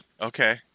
okay